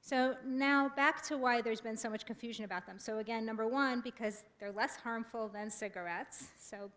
so now back to why there's been so much confusion about them so again number one because they're less harmful than cigarettes so